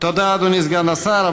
תודה, אדוני סגן השר.